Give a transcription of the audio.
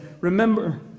remember